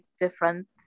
different